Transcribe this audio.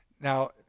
Now